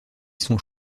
sont